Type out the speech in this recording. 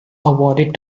awarded